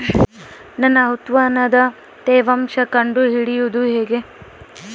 ನನ್ನ ಉತ್ಪನ್ನದ ತೇವಾಂಶ ಕಂಡು ಹಿಡಿಯುವುದು ಹೇಗೆ?